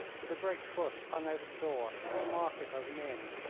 with a great bush hung over the door to mark it as an inn.